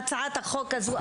אנחנו מדברים על הצעת החוק הזו,